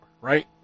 right